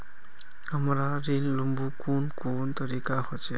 हमरा ऋण लुमू कुन कुन तरीका होचे?